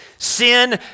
sin